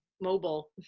mobile